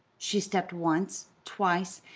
she stepped once, twice,